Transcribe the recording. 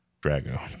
Drago